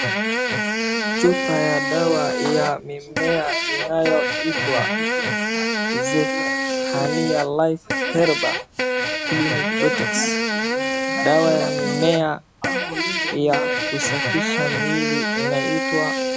Chupa ya dawa ya mimea inayoitwa Zephania life herbal clinic detox dawa ya mimea ya kusafisha miili inaitwa.